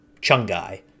Chungai